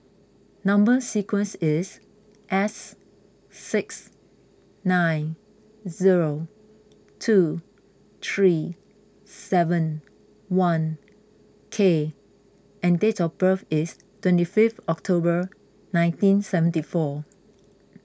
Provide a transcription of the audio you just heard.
Number Sequence is S six nine zero two three seven one K and date of birth is twenty fifth October nineteen seventy four